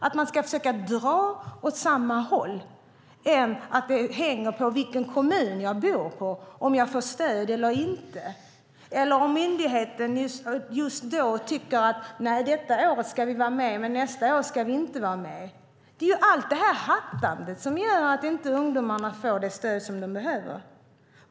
Ska man inte försöka dra åt samma håll hellre än att detta om man får stöd eller inte hänger på vilken kommun man bor i? Det ska inte bero på om myndigheten tycker att man ska vara med ett visst år men inte nästa. Det är allt detta hattande som gör att ungdomarna inte får det stöd som de behöver.